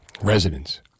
residents